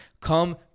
Come